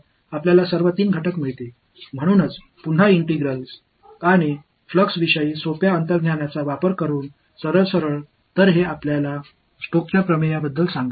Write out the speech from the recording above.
இப்போது ஸ்டாக்ஸ் தியரதில்Stoke's theorem ஒரு சிறிய மாறுபாடு உள்ளது அதைப் பற்றி நாம் பேசுவோம்